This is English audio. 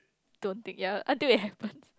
don't think ya until it happens